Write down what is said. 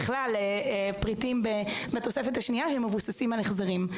בכלל פריטים בתוספת השנייה שמבוססים על החזרים.